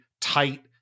tight